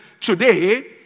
today